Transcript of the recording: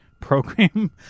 program